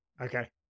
Okay